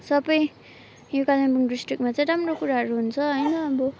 सबै यो कालिम्पोङ डिस्ट्रिक्टमा चाहिँ राम्रो कुराहरू हुन्छ होइन अब